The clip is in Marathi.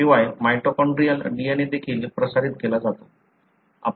शिवाय माइटोकॉन्ड्रियल DNA देखील प्रसारित केला जातो